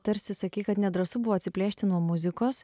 tarsi sakei kad nedrąsu buvo atsiplėšti nuo muzikos